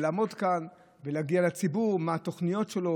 לעמוד כאן ולהגיד לציבור מה התוכניות שלו,